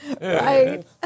Right